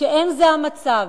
שאין זה המצב,